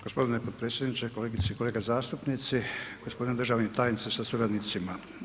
Gospodine potpredsjedniče, kolegice i kolege zastupnici, gospodine državni tajniče sa suradnicima.